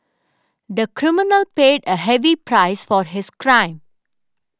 the criminal paid a heavy price for his crime